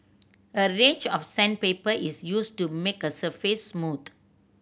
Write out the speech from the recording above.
a range of sandpaper is used to make the surface smooth